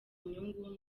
inyungu